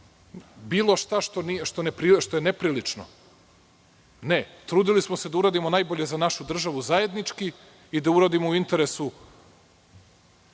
bilo šta što je neprilično? Ne. Trudili smo se da uradimo najbolje za našu državu zajednički i da uradimo u interesu